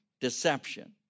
deception